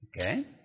Okay